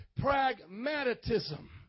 Pragmatism